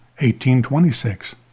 1826